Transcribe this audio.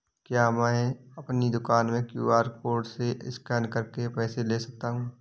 क्या मैं अपनी दुकान में क्यू.आर कोड से स्कैन करके पैसे ले सकता हूँ?